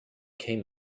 came